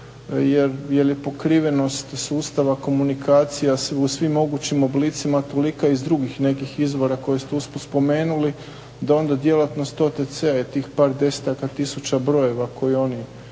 jer je pokrivenost sustava komunikacija u svim mogućim oblicima tolika iz drugih nekih izvora koje ste spomenuli, da onda djelatnost OTC-a je tih par desetaka tisuća brojeva koje oni